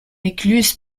écluse